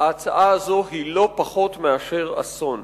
ההצעה הזאת היא לא פחות מאשר אסון.